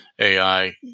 AI